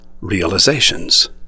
realizations